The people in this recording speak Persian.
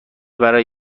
برای